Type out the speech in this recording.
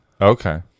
okay